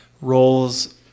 roles